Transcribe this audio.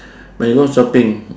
when you go shopping